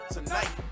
Tonight